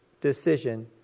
decision